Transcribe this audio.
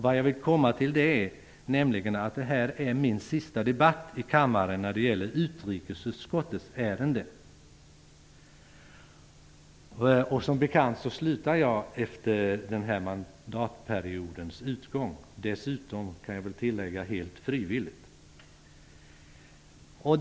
Vad jag vill komma till är att det här är min sista debatt i kammaren när det gäller utrikesutskottets ärenden. Som bekant slutar jag i riksdagen i och med denna mandatperiods utgång -- dessutom, kan jag tillägga, helt frivilligt.